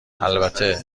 البته